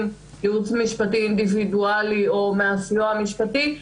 ייעוץ משפטי אינדיבידואלי או מהסיוע המשפטי.